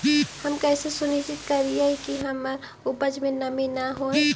हम कैसे सुनिश्चित करिअई कि हमर उपज में नमी न होय?